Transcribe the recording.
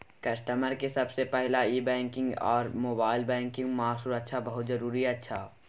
customer के सबसे पहला ई बैंकिंग आर मोबाइल बैंकिंग मां सुरक्षा बहुत जरूरी अच्छा